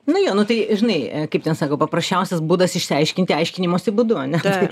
nu jo nu tai žinai kaip ten sako paprasčiausias būdas išsiaiškinti aiškinimosi būdu ane